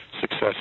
success